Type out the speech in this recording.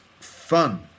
fun